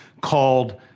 called